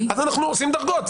אז אנחנו עושים דרגות.